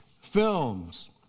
Films